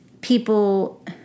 people